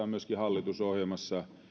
on myöskin hallitusohjelmassa